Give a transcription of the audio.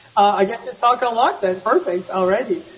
i get to talk a lot then, perfect already.